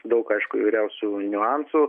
daug aišku įvairiausių niuansų